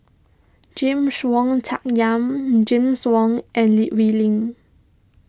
James Wong Tuck Yim James Wong and Lee Wee Lin